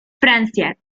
francia